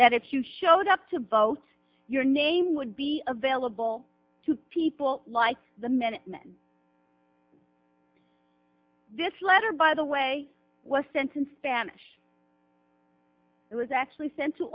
that if you showed up to vote your name would be available to people like the minutemen this letter by the way was sentenced spanish it was actually sent to